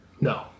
No